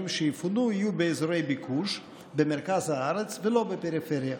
שיפונו יהיו באזורי ביקוש במרכז הארץ ולא בפריפריה.